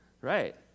Right